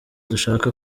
dushaka